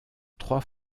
trois